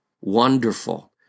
wonderful